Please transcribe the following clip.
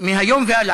מהיום והלאה,